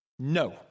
No